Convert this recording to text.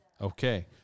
Okay